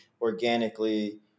organically